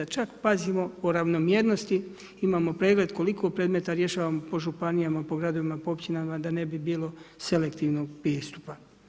Čak pazimo o ravnomjernosti, imamo pregled koliko predmeta rješavamo po županijama, po gradovima, po općinama da ne bi bilo selektivnog pristupa.